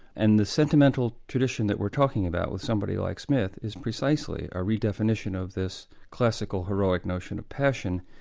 and the sentimental tradition that we're talking about with somebody like smith is precisely a redefinition of this classical heroic notion of passion,